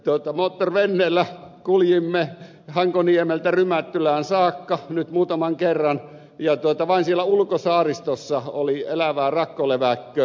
me kuljimme moottorvenneellä hankoniemeltä rymättylään saakka muutaman kerran ja vain siellä ulkosaaristossa oli elävää rakkoleväkköä